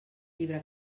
llibre